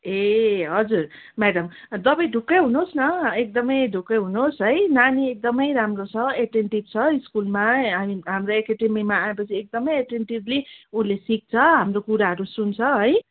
ए हजुर म्याडम तपाईँ ढुक्कै हुनुहोस् न एकदमै ढुक्कै हुनुहोस् है नानी एकदमै राम्रो छ एटेन्टिभ छ स्कुलमा हाम्रो हाम्रो एकाडेमीमा आएपछि एकदमै एटेन्टिभली उसले सिक्छ हाम्रो कुराहरू सुन्छ है